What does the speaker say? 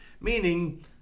meaning